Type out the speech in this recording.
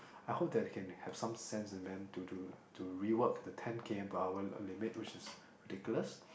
I hope that they can have some sense in them to to to rework the ten K_M per hour uh l~ limit which is ridiculous